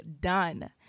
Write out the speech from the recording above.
done